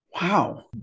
Wow